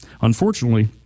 Unfortunately